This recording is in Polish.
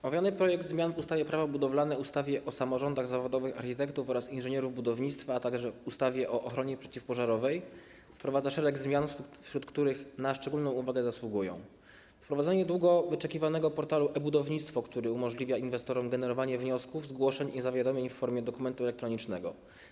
Omawiany projekt dotyczący zmian w ustawie - Prawo budowlane, w ustawie o samorządach zawodowych architektów oraz inżynierów budownictwa, a także w ustawie o ochronie przeciwpożarowej wprowadza szereg zmian, wśród których na szczególną uwagę zasługuje wprowadzenie długo wyczekiwanego portalu e-Budownictwo, który umożliwia inwestorom generowanie wniosków, zgłoszeń i zawiadomień w formie dokumentu elektronicznego.